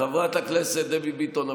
חברת הכנסת דבי ביטון,